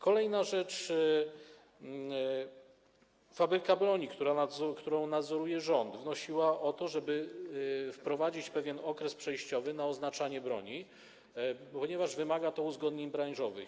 Kolejna rzecz - fabryka broni, którą nadzoruje rząd, wnosiła o to, żeby wprowadzić pewien okres przejściowy na oznaczanie broni, ponieważ wymaga to uzgodnień branżowych.